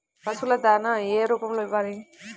పశువుల దాణా ఏ రూపంలో ఇవ్వాలి?